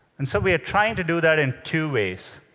and so we're trying to do that in two ways.